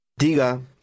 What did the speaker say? Diga